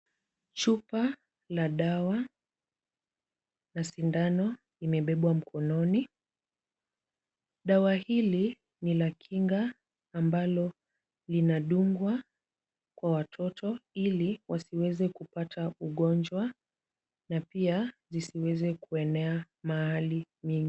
Chupa la dawa na sindano imebebwa mkononi. Dawa hili ni la kinga ambalo linadungwa kwa watoto, ili wasiweze kupata ugonjwa na pia zisiweze kuenea mahali mingi.